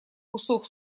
кусок